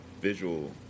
visual